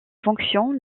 fonctions